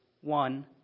one